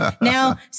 Now